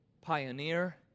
pioneer